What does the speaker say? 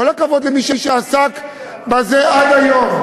כל הכבוד למי שעסק בזה עד היום.